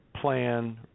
plan